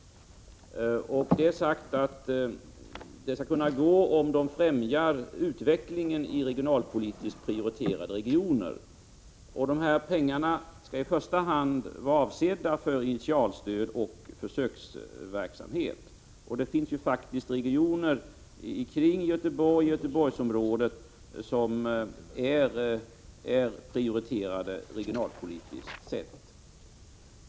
Det är sagt att stöd skall kunna ges om projekten främjar utvecklingen i regionalpolitiskt prioriterade regioner. Medlen är i första hand avsedda för initialstöd och försöksverksamhet. Jag vill peka på att det finns regioner i Göteborgsområdet som är prioriterade regionalpolitiskt sett.